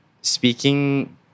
speaking